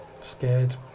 scared